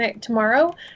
tomorrow